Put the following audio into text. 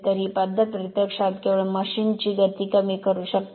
तर ही पद्धत प्रत्यक्षात केवळ मशीन ची गती कमी करू शकते